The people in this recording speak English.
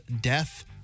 death